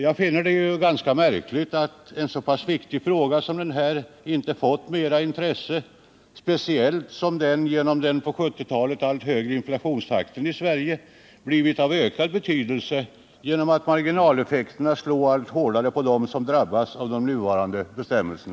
Jag finner det ganska märkligt att en så pass viktig fråga som denna inte fått mer intresse, speciellt som den under 1970-talet allt högre inflationstakten i Sverige ökat betydelsen av möjligheterna till avdrag — därför att marginaleffekterna slår allt hårdare mot dem som drabbas av nuvarande bestämmelser.